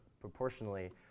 proportionally